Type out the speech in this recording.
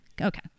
Okay